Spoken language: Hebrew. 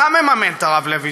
אתה מממן את הרב לוינשטיין,